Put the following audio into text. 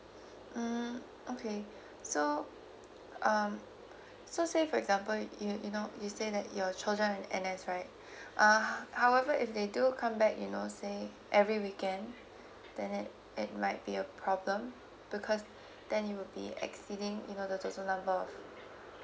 mm okay so um so say for example you you know you said that your children N_S right uh however if they do come back you know say every weekend then it it might be a problem because then you will be exceeding you know the total number of